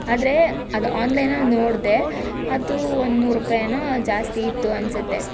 ಆದರೆ ಅದು ಆನ್ಲೈನ್ನಲ್ಲಿ ನೋಡಿದೆ ಅದು ಒಂದು ನೂರು ರೂಪಾಯಿ ಏನೋ ಜಾಸ್ತಿ ಇತ್ತು ಅನ್ನಿಸುತ್ತೆ